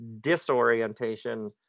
disorientation